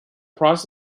process